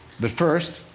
but first,